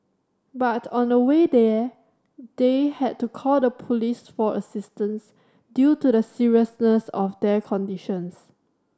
but on the way there they had to call the police for assistance due to the seriousness of their conditions